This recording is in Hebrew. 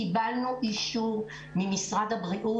קיבלנו אישור ממשרד הבריאות.